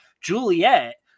Juliet